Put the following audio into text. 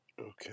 Okay